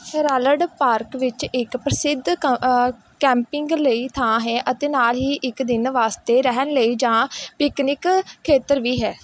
Herald park ਵਿੱਚ ਇੱਕ ਪ੍ਰਸਿੱਧ ਕੈਂ ਕੈਂਪਿੰਗ ਲਈ ਥਾਂ ਹੈ ਅਤੇ ਨਾਲ ਹੀ ਇੱਕ ਦਿਨ ਵਾਸਤੇ ਰਹਿਣ ਲਈ ਜਾਂ ਪਿਕਨਿਕ ਖੇਤਰ ਵੀ ਹੈ